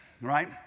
right